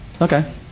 Okay